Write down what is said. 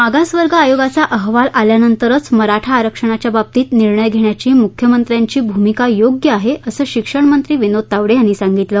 मागासवर्ग आयोगाचा अहवाल आल्यानंतरच मराठा आरक्षणाच्या बाबतीत निर्णय घेण्याची मुख्यमंत्र्यांची भूमिका योग्य आहे असं शिक्षण मंत्री विनोद तावडे यांनी सांगितलं